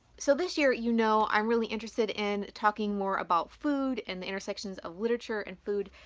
so this year, you know, i'm really interested in talking more about food and the intersections of literature and food.